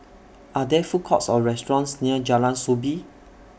Are There Food Courts Or restaurants near Jalan Soo Bee